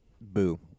Boo